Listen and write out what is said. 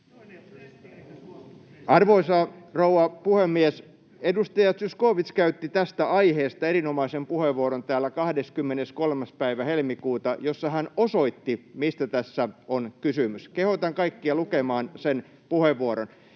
Arvoisa rouva puhemies! Edustaja Zyskowicz käytti tästä aiheesta erinomaisen puheenvuoron täällä 23. päivä helmikuuta, jossa hän osoitti, mistä tässä on kysymys. Kehotan kaikkia lukemaan sen puheenvuoron.